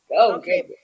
okay